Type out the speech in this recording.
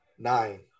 Nine